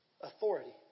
authority